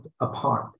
apart